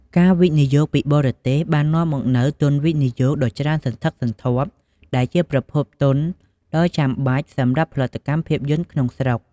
ការវិនិយោគពីបរទេសបាននាំមកនូវ ទុនវិនិយោគ ដ៏ច្រើនសន្ធឹកសន្ធាប់ ដែលជាប្រភពទុនដ៏ចាំបាច់សម្រាប់ផលិតកម្មភាពយន្តក្នុងស្រុក។